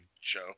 Show